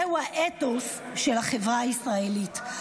זהו האתוס של החברה הישראלית,